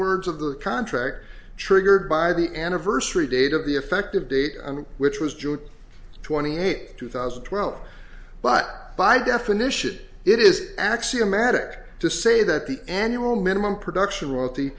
words of the contract triggered by the anniversary date of the effective date and which was june twenty eighth two thousand and twelve but by definition it is axiomatic to say that the annual minimum production